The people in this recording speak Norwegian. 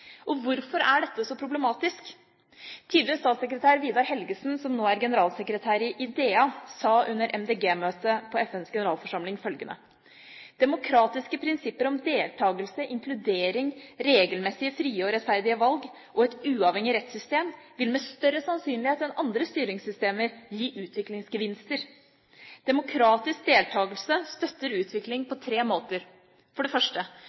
menneskerettigheter. Hvorfor er dette så problematisk? Tidligere statssekretær Vidar Helgesen, som nå er generalsekretær i IDEA, sa under et MDG-møte på FNs generalforsamling følgende: «Demokratiske prinsipper om deltakelse, inkludering, regelmessige frie og rettferdige valg og et uavhengig rettssystem vil med større sannsynlighet enn andre styringssystemer gi utviklingsgevinster. Demokratisk deltakelse støtter utvikling